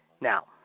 now